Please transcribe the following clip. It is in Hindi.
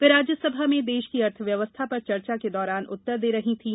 वे राज्यसभा में देश की अर्थव्यवस्था पर चर्चा के दौरान उत्तर दे रही थीं